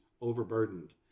overburdened